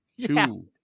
two